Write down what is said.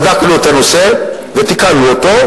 בדקנו את הנושא ותיקנו אותו,